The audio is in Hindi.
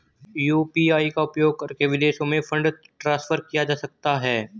यू.पी.आई का उपयोग करके विदेशों में फंड ट्रांसफर किया जा सकता है?